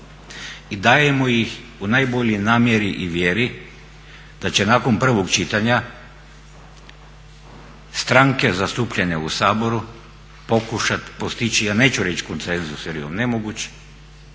I dajemo ih u najboljoj namjeri i vjeri da će nakon prvog čitanja stranke zastupljene u Saboru pokušati postići ja neću reći koncenzus jer je on nemoguć,